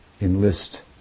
enlist